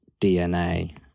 dna